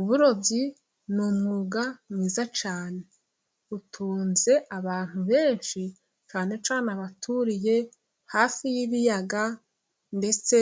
Uburobyi ni umwuga mwiza cyane, utunze abantu benshi, cyane cyane abaturiye hafi y'ibiyaga, ndetse